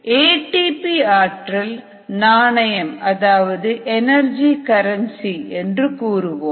ATP ஐ ஆற்றல் நாணயம் அதாவது எனர்ஜி கரன்சி என்று கூறுவோம்